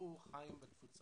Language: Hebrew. ראו את החיים בתפוצות.